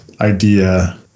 idea